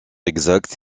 exact